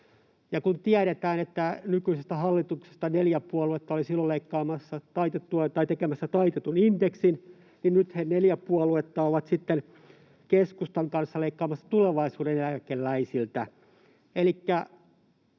kun tiedetään, että nykyisestä hallituksesta neljä puoluetta olivat silloin tekemässä taitetun indeksin, niin nyt ne neljä puoluetta ovat sitten keskustan kanssa leikkaamassa tulevaisuuden eläkeläisiltä.